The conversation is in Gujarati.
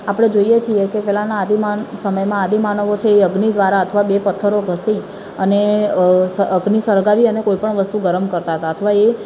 આપણે જોઇએ છીએ કે પહેલાંના આદિમાન સમયમાં આદિમાનવો છે એ અગ્નિ દ્વારા અથવા તો બે પથ્થરો ઘસી અને અગ્નિ સળગાવી અને કોઈ પણ વસ્તુ ગરમ કરતા હતા અથવા એ